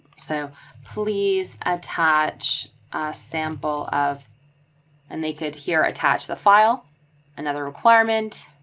so please attach a sample of and they could here attach the file another requirement.